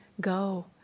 go